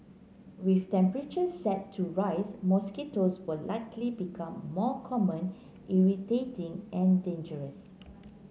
with temperatures set to rise mosquitoes will likely become more common irritating and dangerous